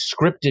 scripted